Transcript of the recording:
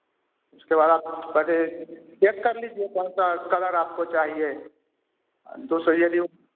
उसके बाद आप पर डे चेक कर लीजिए कौनसा कलर आपको चाहिए जो सही है यदि